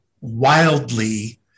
wildly